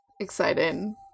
Exciting